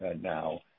now